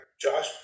Josh